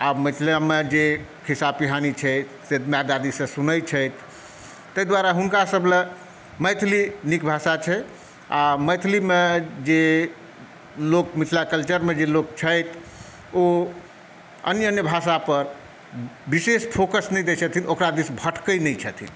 आ मिथिलामे जे खिस्सा पिहानी छै से माय दादीसॅं सुनय छथि तैं दुआरे हुनकासभ लए मैथिली नीक भाषा छै आ मैथिलीमे जे लोक मिथिला कल्चरमे जे लोक छथि ओ अन्य अन्य भाषा पर विशेष फ़ोकस नहि दै छथिन ओकरा दिस भटकै नहि छथिन